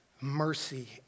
mercy